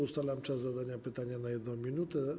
Ustalam czas zadania pytania na 1 minutę.